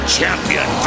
Champion